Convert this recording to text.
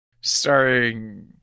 Starring